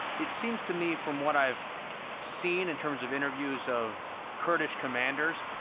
it seems to me, from what i've seen in terms of interviews of kurdish commanders,